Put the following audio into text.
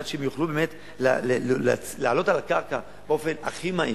על מנת שיוכלו באמת לעלות על הקרקע באופן הכי מהיר.